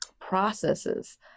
processes